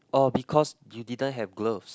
oh because you didn't have gloves